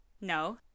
No